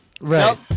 Right